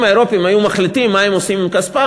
אם האירופים היו מחליטים מה הם עושים עם כספם,